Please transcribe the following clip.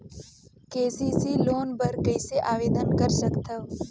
KCC loan बर कइसे आवेदन कर सकथव?